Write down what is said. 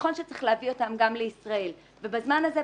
נכון שצריך להביא אותם גם לישראל ובזמן הזה,